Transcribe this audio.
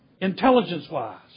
intelligence-wise